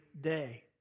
day